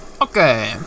Okay